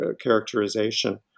characterization